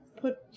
put